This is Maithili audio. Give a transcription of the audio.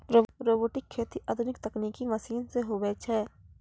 रोबोटिक खेती आधुनिक तकनिकी मशीन से हुवै छै